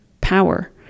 power